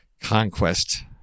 Conquest